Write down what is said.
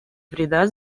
вреда